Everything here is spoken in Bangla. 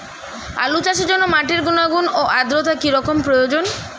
আলু চাষের জন্য মাটির গুণাগুণ ও আদ্রতা কী রকম প্রয়োজন?